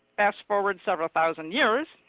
fast forward several thousand years,